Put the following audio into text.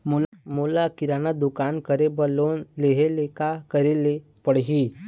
मोला किराना दुकान करे बर लोन लेहेले का करेले पड़ही?